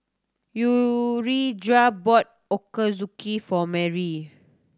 Urijah brought Ochazuke for Mary